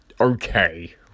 okay